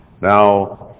Now